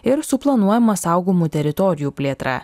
ir su planuojama saugomų teritorijų plėtra